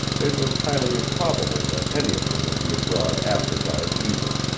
it was highly improbable that any of them would be abroad after dark either.